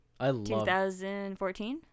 2014